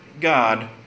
God